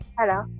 Hello